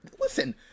Listen